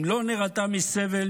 אם לא נירתע מסבל,